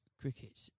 cricket